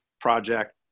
project